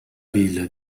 villa